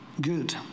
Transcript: good